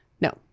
No